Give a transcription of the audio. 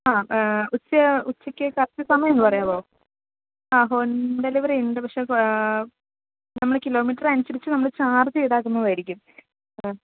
ആ ഉച്ച ഉച്ചയ്ക്കു കറക്റ്റ് സമയമൊന്നു പറയാമോ ആ ഹോം ഡെലിവറി ഉണ്ട് പക്ഷേ നമ്മള് കിലോ മീറ്റർ അനുസരിച്ച് നമ്മള് ചാർജ് ഈടാക്കുന്നതായിരിക്കും ആ